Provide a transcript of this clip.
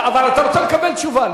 אבל אתה רוצה לקבל תשובה,